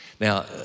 Now